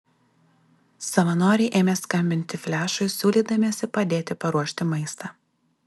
savanoriai ėmė skambinti flešui siūlydamiesi padėti paruošti maistą